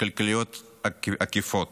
כלכליות עקיפות.